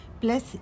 plus